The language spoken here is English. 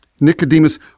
Nicodemus